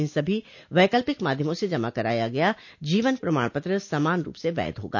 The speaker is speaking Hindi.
इन सभी वैकल्पिक माध्यमों से जमा कराया गया जीवन प्रमाण पत्र समान रूप से वैध होगा